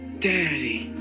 Daddy